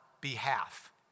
behalf